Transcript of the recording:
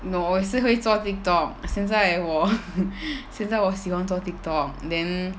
oh 我也是会做 tiktok 现在我 现在我喜欢做 tiktok then